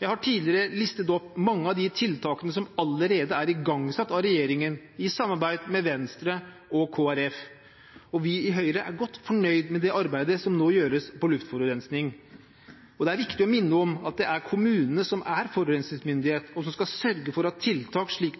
Jeg har tidligere listet opp mange av de tiltakene som allerede er igangsatt av regjeringen i samarbeid med Venstre og Kristelig Folkeparti, og vi i Høyre er godt fornøyd med det arbeidet som nå gjøres på luftforurensningsområdet. Det er viktig å minne om at det er kommunene som er forurensningsmyndighet, og som skal sørge for tiltak, slik